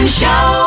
show